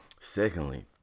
Secondly